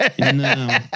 No